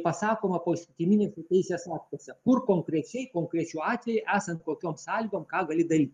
pasakoma poįstatyminiuose teisės aktuose kur konkrečiai konkrečiu atveju esant kokioms sąlygom ką gali daryt